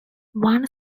one